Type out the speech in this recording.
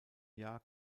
jahr